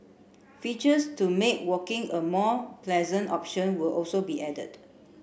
features to make walking a more pleasant option will also be added